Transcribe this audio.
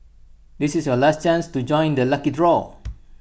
this is your last chance to join the lucky draw